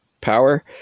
power